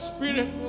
Spirit